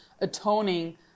atoning